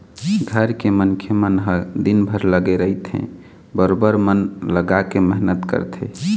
घर के मनखे मन ह दिनभर लगे रहिथे बरोबर मन लगाके मेहनत करथे